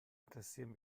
interessieren